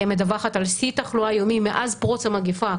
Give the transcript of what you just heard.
מדווחת על שיא תחלואה יומי מאז פרוץ המגפה.